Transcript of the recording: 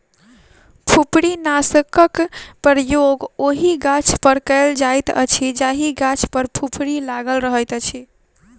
फुफरीनाशकक प्रयोग ओहि गाछपर कयल जाइत अछि जाहि गाछ पर फुफरी लागल रहैत अछि